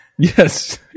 Yes